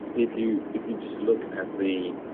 if you if you just look at the